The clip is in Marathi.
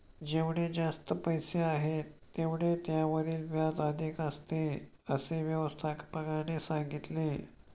जेवढे जास्त पैसे आहेत, तेवढे त्यावरील व्याज अधिक असते, असे व्यवस्थापकाने सांगितले